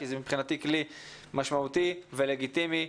כי מבחינתי זה כלי משמעותי ולגיטימי.